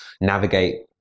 navigate